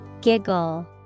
Giggle